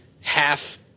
half